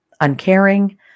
uncaring